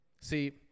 See